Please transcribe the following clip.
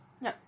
No